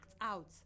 out